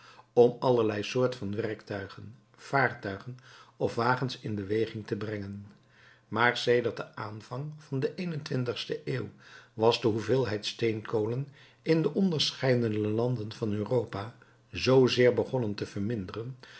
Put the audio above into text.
om allerlei soort van werktuigen vaartuigen of wagens in beweging te brengen maar sedert den aanvang van de eenentwintigste eeuw was de hoeveelheid steenkolen in de onderscheidene landen van europa zoozeer begonnen te verminderen